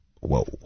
Whoa